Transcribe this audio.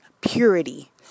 purity